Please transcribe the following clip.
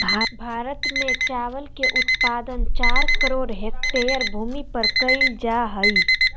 भारत में चावल के उत्पादन चार करोड़ हेक्टेयर भूमि पर कइल जा हइ